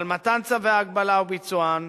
על מתן צווי ההגבלה וביצועם,